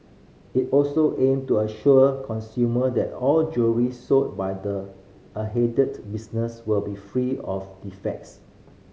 it also aim to assure consumer that all jewellery sold by the business will be free of defects